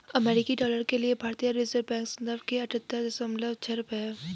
अमेरिकी डॉलर के लिए भारतीय रिज़र्व बैंक संदर्भ दर अड़सठ दशमलव छह रुपये है